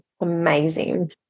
amazing